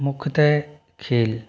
मुख्यतः खेल